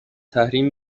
تحریم